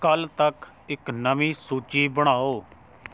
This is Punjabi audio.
ਕੱਲ੍ਹ ਤੱਕ ਇੱਕ ਨਵੀਂ ਸੂਚੀ ਬਣਾਓ